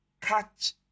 catch